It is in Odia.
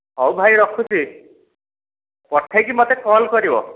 ହୋଉ ଭାଇ ରଖୁଛି ପଠାଇକି ମୋତେ କଲ୍ କରିବ